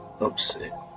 upset